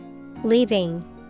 Leaving